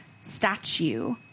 statue